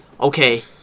okay